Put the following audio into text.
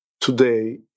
Today